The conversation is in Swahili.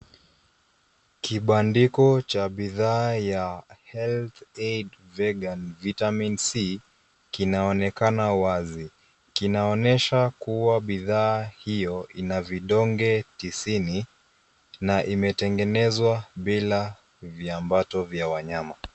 Kibandiko cha bidhaa ya Health Aid Vegan Vitamin C kinaonekana wazi. Kinaonyesha kuwa bidhaa iyo , ina vidonge tisini na imetengenezwa bila viambato vya wanyama.